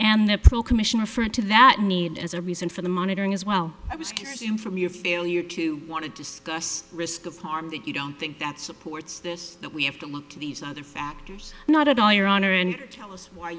and the pro commission referred to that need as a reason for the monitoring as well as you from your failure to want to discuss risk of harm that you don't think that supports this that we have to look these other factors not at all your honor and tell us why